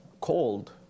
cold